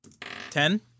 Ten